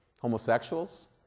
Homosexuals